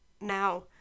Now